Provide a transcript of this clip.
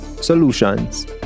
Solutions